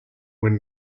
when